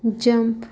jump